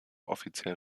offiziell